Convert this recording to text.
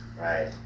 Right